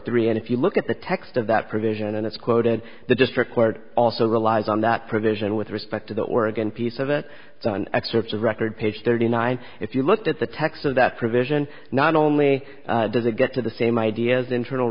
three and if you look at the text of that provision and it's quoted the district court also relies on that provision with respect to the oregon piece of it done excerpts of record page thirty nine if you looked at the text of that provision not only does it get to the same ideas internal